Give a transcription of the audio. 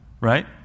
Right